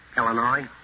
Illinois